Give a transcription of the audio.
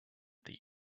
the